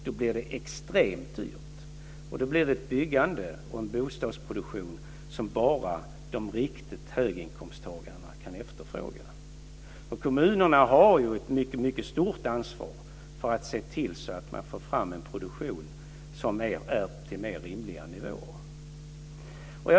Då blir det extremt dyrt, och då blir det ett byggande och en bostadsproduktion som bara de riktiga höginkomsttagarna kan efterfråga. Kommunerna har ju ett mycket stort ansvar för att se till att man får fram en produktion som ligger på mer rimliga nivåer.